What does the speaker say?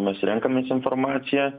mes renkamės informaciją